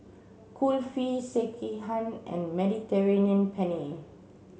Kulfi Sekihan and Mediterranean Penne